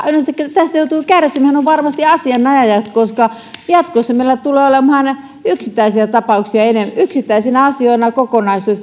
tästä joutuvat kärsimään ovat varmasti asianajajat koska jatkossa meillä tulee olemaan yksittäisiä tapauksia yksittäisinä asioina kokonaisuus